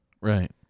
Right